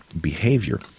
behavior